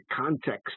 context